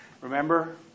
remember